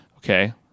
Okay